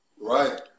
Right